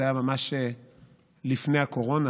זה היה ממש לפני הקורונה.